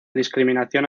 discriminación